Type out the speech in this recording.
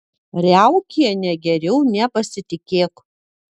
riaukiene geriau nepasitikėk